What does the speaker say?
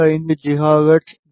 25 gigahertz D